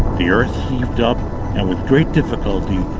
the earth heaved up, and with great difficulty,